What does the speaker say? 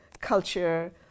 culture